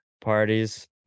parties